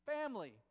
Family